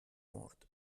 مرد